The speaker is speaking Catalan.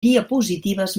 diapositives